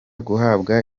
guhabwa